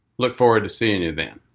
look forward to seeing you then.